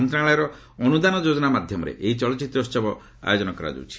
ମନ୍ତ୍ରଣାଳୟର ଅନୁଦାନ ଯୋଜନା ମାଧ୍ୟମରେ ଏହି ଚଳଚ୍ଚିତ୍ର ଉତ୍ସବ ଆୟୋଜନ କରାଯାଉଛି